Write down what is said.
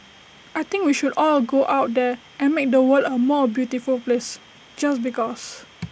I think we should all go out there and make the world A more beautiful place just because